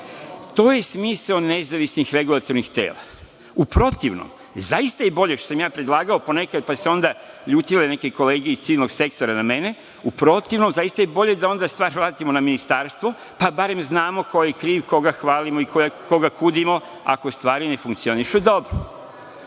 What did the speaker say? je smisao nezavisnih regulatornih tela. U protivnom, zaista je bolje što sam ja predlagao ponekad, pa se onda ljutile neke kolege iz civilnog sektora na mene, u protivnom zaista je bolje da onda stvar vratimo na ministarstvo, pa barem znamo ko je kriv, koga hvalimo i koga kudimo, ako stvari ne funkcionišu dobro. Oni